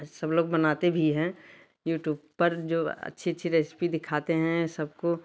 सब लोग बनाते भी हैं यूट्यूब पर जो अच्छी अच्छी रेसिपी दिखाते हैं सबको